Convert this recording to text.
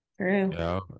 True